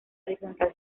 horizontal